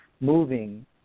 moving